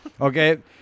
Okay